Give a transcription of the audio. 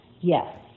yes